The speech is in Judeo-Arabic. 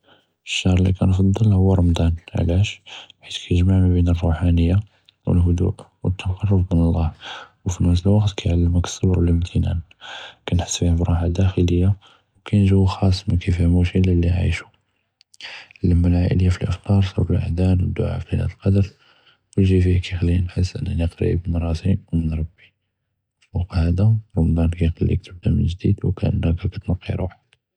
אלשَّهְר אללי כִּנתעד הוּוּ רַמַדָאן, עלאשו? חית כִּי גִּ'מַע בין אלרוּחַאנִיה, אלחָדֵء ו אלתַקַרֻּב מן אללה ו פִינַפְס אלוַקְת כִּיעְלְמְכּ אלסַבּר ו אלאִמְתִנָאן, כִּנחַס בּיהָ רַחַה דַאכּלִיה, ו קַאין גּוּ חַאס מִיְפְהַמּוּש אללי מֻקַאיִעשוּ, אללִּמּה אלעַאִלִיָה פִי אלאִפְטַאר ו אלדּוּעַא פִללִילַה אלקֻדַּר, כִּיכְלִינִי כִּנחַס רַאסִי קרִיב מן רַבִּי, ו פוּק דָאכּ כִּיכְלִיך תִבדָּא מן גּ'דִיד ו כּאַנַךּ תִנַּקִּי רוּחְכּ.